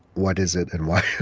what is it and why?